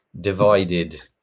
divided